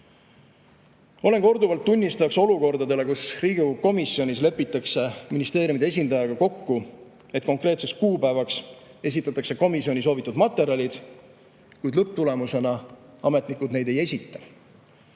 Olen korduvalt olnud tunnistajaks olukordadele, kus Riigikogu komisjonis lepitakse ministeeriumide esindajatega kokku, et konkreetseks kuupäevaks esitatakse komisjonile soovitud materjalid, kuid lõpptulemusena ametnikud neid ei esita.